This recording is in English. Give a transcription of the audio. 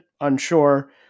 Unsure